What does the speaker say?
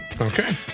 Okay